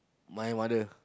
my mother